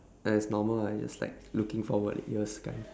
ya it's normal lah just like looking forward ears kind